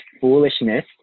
foolishness